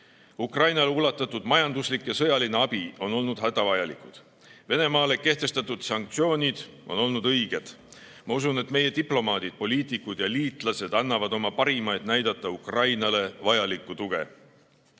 Ukrainale ulatatud majanduslik ja sõjaline abi on olnud hädavajalik. Venemaale kehtestatud sanktsioonid on olnud õiged. Ma usun, et meie diplomaadid, poliitikud ja liitlased annavad oma parima, et näidata Ukrainale vajalikku tuge.